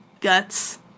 guts